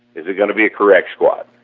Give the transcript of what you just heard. it going to be a correct squat,